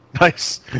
Nice